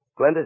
Glenda